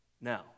now